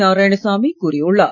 நாராயணசாமி கூறியுள்ளார்